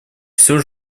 все